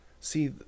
see